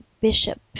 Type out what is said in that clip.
Bishop